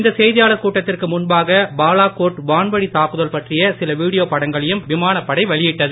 இந்த செய்தியாளர் கூட்டத்திற்கு முன்பாக பாலாக்கோட் வான்வழித் தாக்குதல் பற்றிய சில வீடியோ படங்களையும் விமானப்படை வெளியிட்டது